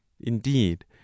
indeed